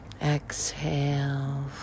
Exhale